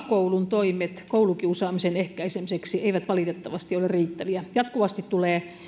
koulun toimet koulukiusaamisen ehkäisemiseksi eivät valitettavasti ole riittäviä jatkuvasti tulee